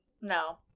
No